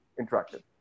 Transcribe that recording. interactive